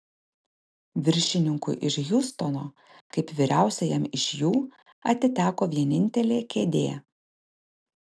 viršininkui iš hjustono kaip vyriausiajam iš jų atiteko vienintelė kėdė